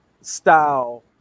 style